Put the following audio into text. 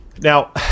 Now